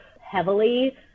heavily